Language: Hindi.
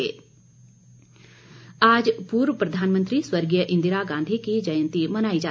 जंयती आज पूर्व प्रधानमंत्री स्वर्गीय इंदिरा गांधी की जयंती मनाई जा रही है